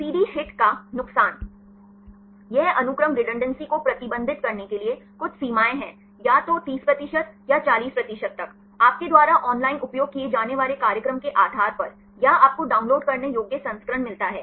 CD HIT का नुकसान यह अनुक्रम रेडुन्डंसे को प्रतिबंधित करने के लिए कुछ सीमाएं हैं या तो 30 प्रतिशत या 40 प्रतिशत तक आपके द्वारा ऑनलाइन उपयोग किए जाने वाले कार्यक्रम के आधार पर या आपको डाउनलोड करने योग्य संस्करण मिलता है